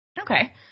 Okay